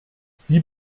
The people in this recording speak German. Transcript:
sie